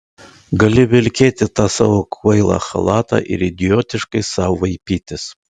gali vilkėti tą savo kvailą chalatą ir idiotiškai sau vaipytis